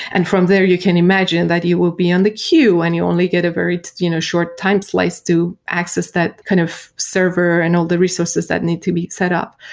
and from there you can imagine that you will be on the queue and you only get a very you know short time slice to access that kind of server and all the resources that need to be set up.